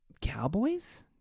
Cowboys